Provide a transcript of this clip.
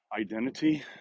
identity